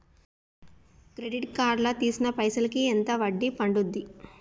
Credit card లా తీసిన పైసల్ కి ఎంత వడ్డీ పండుద్ధి?